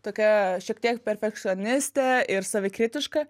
tokia šiek tiek perfekcionistė ir savikritiška